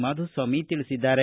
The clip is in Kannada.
ಮಾಧುಸ್ವಾಮಿ ತಿಳಿಸಿದ್ದಾರೆ